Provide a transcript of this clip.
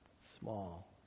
small